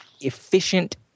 efficient